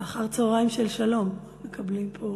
זה אחר-צהריים של שלום, מקבלים פה